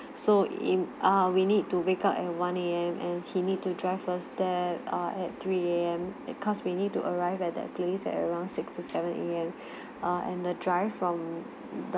so in ah we need to wake up at one A_M and he need to drive us there err at three A_M that cause we need to arrive at that place at around six to seven A_M err and the drive from